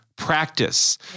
practice